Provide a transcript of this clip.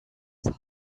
his